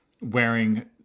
Wearing